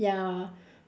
ya